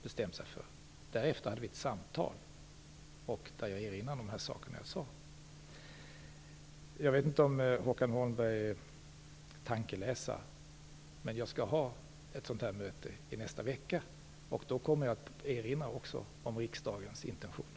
Därefter har vi haft ett samtal där jag erinrade om de saker som jag har nämnt. Jag vet inte om Håkan Holmberg är tankeläsare. Jag skall ha ett möte av detta slag i nästa vecka. Jag kommer då att erinra om riksdagens intentioner.